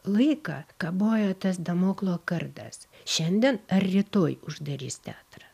laiką kabojo tas damoklo kardas šiandien ar rytoj uždarys teatrą